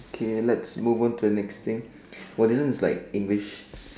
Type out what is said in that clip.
okay let's move on to the next thing !woah! this one is like English